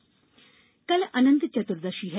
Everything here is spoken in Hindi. अनंत चतुर्दशी कल अनंत चतुर्दशी है